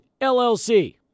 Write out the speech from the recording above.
LLC